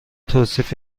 توصیف